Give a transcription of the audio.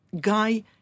guy